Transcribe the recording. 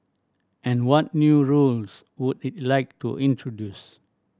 and what new rules would it like to introduce